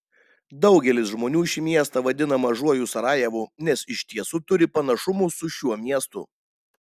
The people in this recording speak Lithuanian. daugelis žmonių šį miestą vadina mažuoju sarajevu nes iš tiesų turi panašumų su šiuo miestu